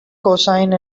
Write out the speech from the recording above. cosine